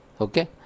okay